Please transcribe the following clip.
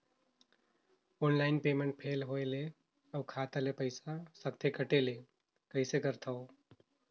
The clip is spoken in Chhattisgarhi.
ऑनलाइन पेमेंट फेल होय ले अउ खाता ले पईसा सकथे कटे ले कइसे करथव?